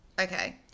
okay